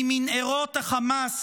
ממנהרות החמאס